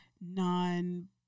non-